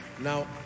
Now